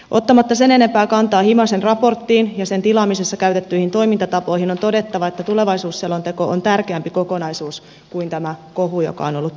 ottamatta sen enempää kantaa himasen raporttiin ja sen tilaamisessa käytettyihin toimintatapoihin on todettava että tulevaisuusselonteko on tärkeämpi kokonaisuus kuin tämä kohu joka on ollut päällänsä